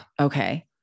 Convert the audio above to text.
Okay